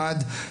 אחד,